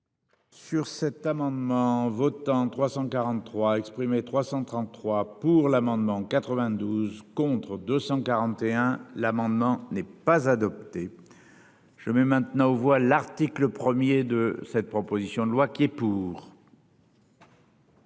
Sur cet amendement votants 343 exprimés, 333 pour l'amendement 92 contre 241. L'amendement n'est pas adopté. Je mets maintenant aux voix l'article 1er de cette proposition de loi qui est pour.